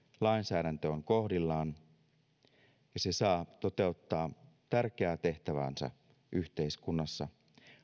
lainsäädäntö on kohdillaan ja se saa toteuttaa tärkeää tehtäväänsä yhteiskunnassa